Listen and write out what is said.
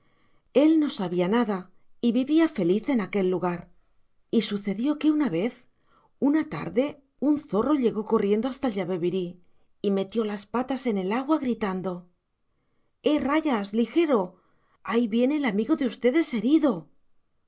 él no sabía nada y vivía feliz en aquel lugar y sucedió que una vez una tarde un zorro llegó corriendo hasta el yabebirí y metió las patas en el agua gritando eh rayas ligero ahí viene el amigo de ustedes herido